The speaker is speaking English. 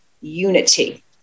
unity